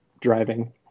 driving